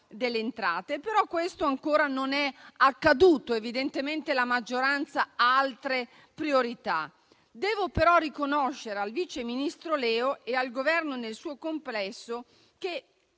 delle entrate. Questo però ancora non è accaduto: evidentemente. la maggioranza ha altre priorità. Devo però riconoscere al vice ministro Leo e al Governo nel suo complesso che